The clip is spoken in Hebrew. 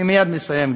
אני מייד מסיים,